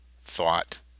Thought